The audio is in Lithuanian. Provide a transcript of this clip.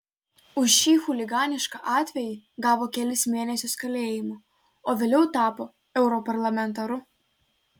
už šį chuliganišką atvejį gavo kelis mėnesius kalėjimo o vėliau tapo europarlamentaru